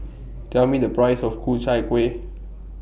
Tell Me The Price of Ku Chai Kueh